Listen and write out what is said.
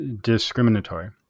discriminatory